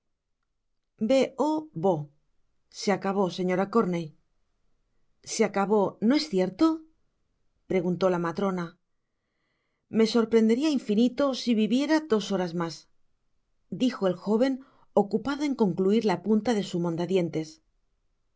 se acabó señora corney se acabó no es cierto preguntó la matrona me sorprenderia infinito si viviera dos horas mas dijo el joven ocupado en concluir la punta de su monda dientes en